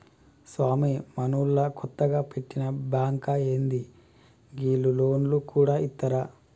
స్వామీ, మనూళ్ల కొత్తగ వెట్టిన బాంకా ఏంది, గీళ్లు లోన్లు గూడ ఇత్తరా